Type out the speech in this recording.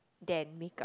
than makeup